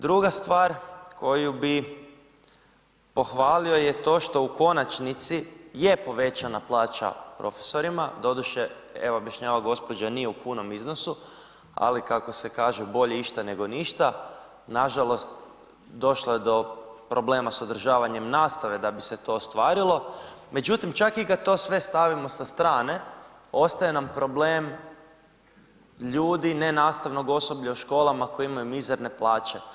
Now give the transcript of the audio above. Druga stvar koju bih pohvalio je to što u konačnici je povećana plaća profesorima, doduše, evo objašnjava gospođa nije u punom iznosu, ali kako se kaže, bolje išta nego ništa, nažalost došlo je do problema s održavanjem nastave da bi se to ostvarilo, međutim, čak i kad to sve stavimo sa strane, ostaje nam problem ljudi nenastavnog osoblja u školama koji imaju mizerne plaće.